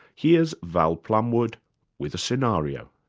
here's val plumwood with a scenario.